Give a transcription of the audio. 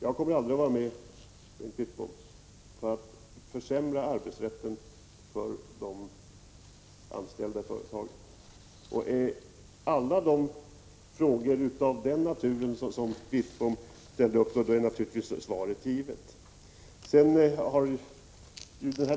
Jag kommer aldrig, Bengt Wittbom, att medverka till en försämring av arbetsrätten för de anställda i företagen. Är alla Bengt Wittboms frågor av samma natur är naturligtvis svaret givet.